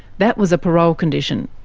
that was a parole condition.